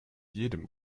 jedem